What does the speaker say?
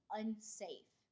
unsafe